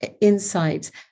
insights